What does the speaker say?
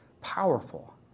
Powerful